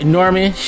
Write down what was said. Norman